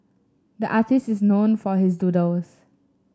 the artist is known for his doodles